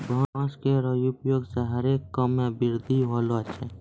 बांस केरो उपयोग सें हरे काम मे वृद्धि होलो छै